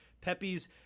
Pepe's